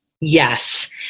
Yes